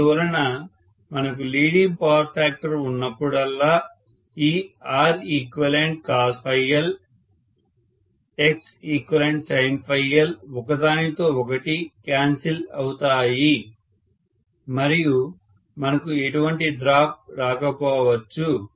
అందువలన మనకు leading power factor ఉన్నప్పుడల్లా ఈ ReqcosL XeqsinLఒకదానితో ఒకటి క్యాన్సిల్ అవుతాయి మరియు మనకు ఎటువంటి డ్రాప్ రాకపోవచ్చు